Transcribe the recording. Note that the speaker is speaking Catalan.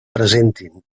presentin